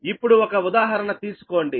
ఇప్పుడు ఒక ఉదాహరణ తీసుకోండి